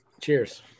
cheers